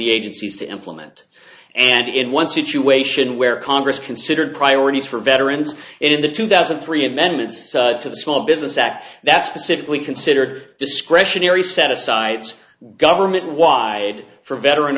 he agencies to implement and in one situation where congress considered priorities for veterans in the two thousand and three amendments to the small business act that's specifically considered discretionary set asides government wide for veteran